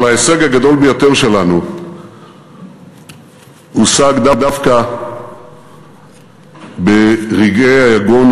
אבל ההישג הגדול ביותר שלנו הושג דווקא ברגעי היגון